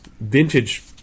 vintage